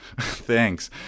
thanks